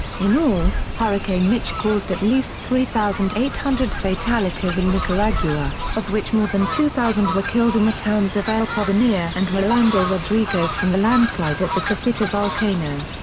in all, hurricane mitch caused at least three thousand eight hundred fatalities in nicaragua, of which more than two thousand were killed in the towns of el provenir and rolando rodriguez from the landslide at the casita volcano.